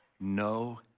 No